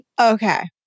Okay